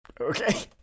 Okay